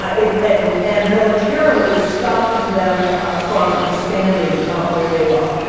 ah in and and militarily, stopping them ah from expanding where they are.